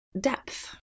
depth